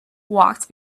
walked